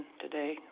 today